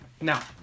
Now